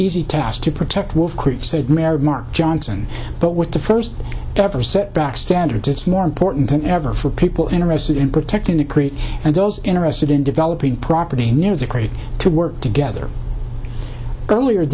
easy task to protect wolf creek said mary mark johnson but with the first ever set back standards it's more important than ever for people interested in protecting the creek and those interested in developing property near the crate to work together earlier